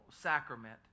sacrament